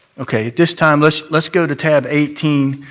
okay, at this time, let's let's go to tab eighteen.